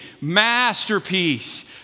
Masterpiece